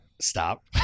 Stop